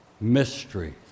mystery